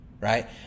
right